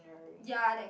ya leh